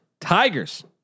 Tigers